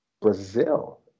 Brazil